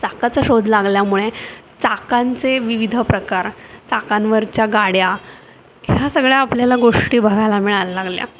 चाकाचा शोध लागल्यामुळे चाकांचे विविध प्रकार चाकांवरच्या गाड्या ह्या सगळ्या आपल्याला गोष्टी बघायला मिळायला लागल्या